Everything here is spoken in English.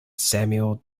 samuel